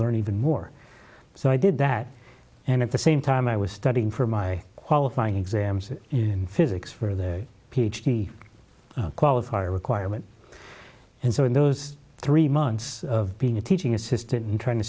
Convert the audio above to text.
learn even more so i did that and at the same time i was studying for my qualifying exams in physics for the ph d qualifier requirement and so in those three months of being a teaching assistant trying to